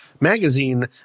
magazine